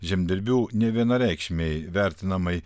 žemdirbių nevienareikšmiai vertinamai